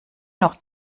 noch